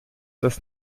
das